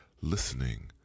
listening